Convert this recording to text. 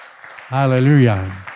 Hallelujah